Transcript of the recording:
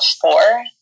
four